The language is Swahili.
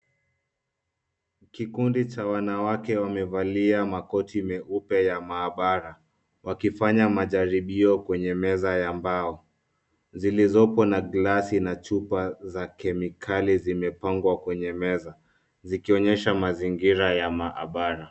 Kikundi cha wanawake wamevalia makoti meupe ya maabara wakifanya majaribio kwenye meza ya mbao zilizopo na glasi na chupa za kemikali zimepangwa kwenye meza, zikionyesha mazingira ya maabara.